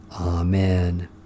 Amen